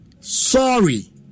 Sorry